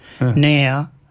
now